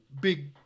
big